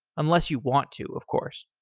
unless you want to, of course.